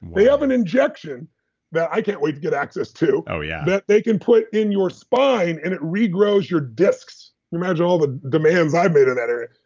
they have an injection that i can't wait to get access to, ah yeah that they can put in your spine and it regrows your discs. imagine all the demands i've made in that area.